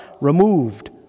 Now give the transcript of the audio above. removed